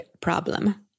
problem